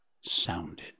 sounded